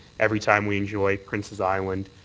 every time we enjoy prince's island,